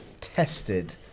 tested